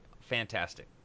Fantastic